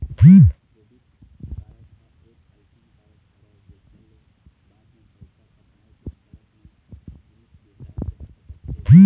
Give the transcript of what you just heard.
credit card ह एक अइसन कारड हरय जेखर ले बाद म पइसा पटाय के सरत म जिनिस बिसाए जा सकत हे